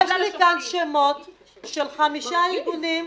יש לי פה שמות של חמישה ארגונים.